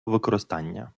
використання